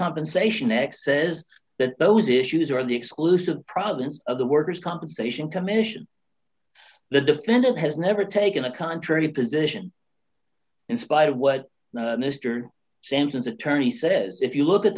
compensation next says that those issues are the exclusive province of the workers compensation commission the defendant has never taken a contrary position in spite of what mr sampson's attorney says if you look at